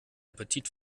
appetit